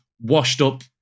washed-up